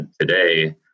today